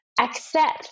accept